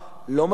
לא מספיק,